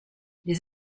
les